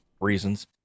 reasons